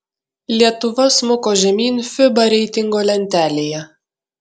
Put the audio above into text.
lietuva smuko žemyn fiba reitingo lentelėje